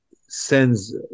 sends